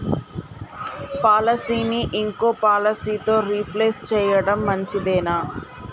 పాలసీని ఇంకో పాలసీతో రీప్లేస్ చేయడం మంచిదేనా?